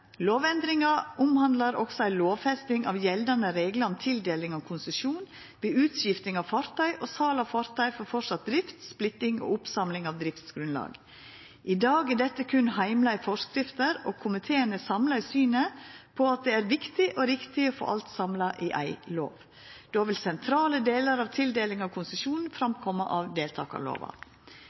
Lovendringa omhandlar også ei lovfesting av gjeldande reglar om tildeling av konsesjon, ved utskifting av fartøy og sal av fartøy for framleis drift, splitting og oppsamling av driftsgrunnlag. I dag er dette berre heimla i forskrifter, og komiteen er samla i synet på at det er viktig og riktig å få alt samla i ei lov. Då vil sentrale delar av tildeling av konsesjon koma fram av deltakarlova.